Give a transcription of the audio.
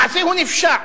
המעשה הוא נפשע